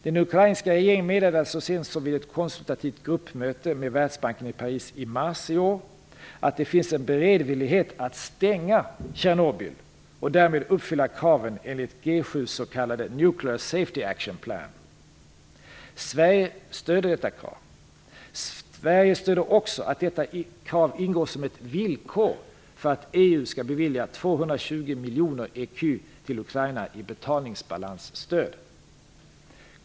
Den ukrainska regeringen meddelade så sent som vid ett konsultativt gruppmöte med Världsbanken i Paris i mars i år att det finns en beredvillighet att stänga Tjernobyl och därmed uppfylla kraven enligt G 7:s s.k. nuclearsafety-action-plan. Sverige stöder också att detta krav. Sverige stöder också att detta krav ingår som ett villkor för att EU skall bevilja 220 miljoner ecu till Ukraina i betalningsbalansstöd.